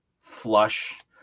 flush